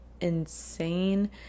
insane